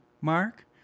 Mark